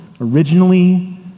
originally